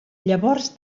llavors